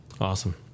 Awesome